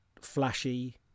flashy